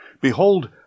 Behold